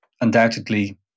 undoubtedly